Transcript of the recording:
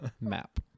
Map